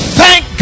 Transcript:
thank